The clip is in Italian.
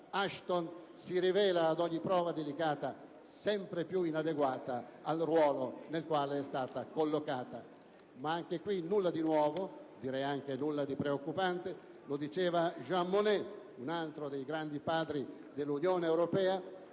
Ashton, si rivela ad ogni prova delicata sempre più inadeguata al ruolo in cui è stata collocata. Anche qui, però, nulla di nuovo, e direi anche nulla di preoccupante. Del resto, lo diceva Jean Monnet, un altro dei grandi padri dell'Unione europea: